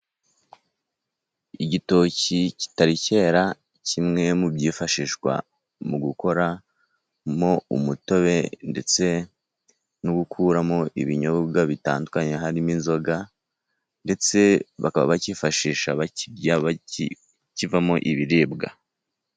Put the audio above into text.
Igitoki kitari cyera kimwe mu byifashishwa mu gukoramo umutobe, ndetse no gukuramo ibinyobwa bitandukanye, harimo inzoga ndetse bakaba bakifashisha bakirirya kivamo ibiribwa.